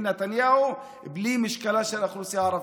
נתניהו בלי משקלה של האוכלוסייה הערבית.